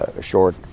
short